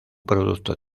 producto